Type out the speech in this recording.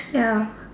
ya